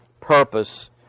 purpose